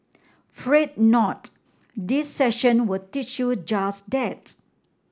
fret not this session will teach you just that